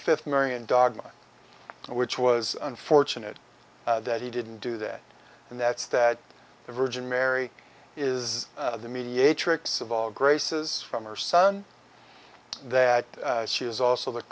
fifth million dogma which was unfortunate that he didn't do that and that's that the virgin mary is the mediate trix of all graces from her son that she is also the